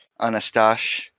Anastash